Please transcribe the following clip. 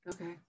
okay